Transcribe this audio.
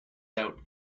out